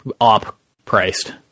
op-priced